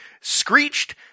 Screeched